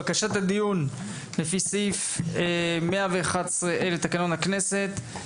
בקשת הדיון על פי סעיף 111(ה) לתקנון הכנסת.